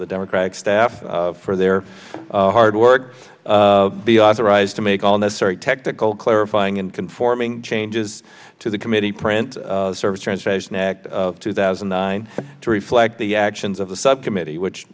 the democratic staff for their hard work be authorized to make all necessary technical clarifying and conforming changes to the committee print service transportation act two thousand and nine to reflect the actions of the subcommittee which